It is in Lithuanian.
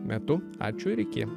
metu ačiū ir iki